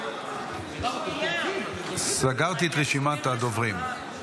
סגרתי את רשימת הדוברים.